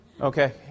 Okay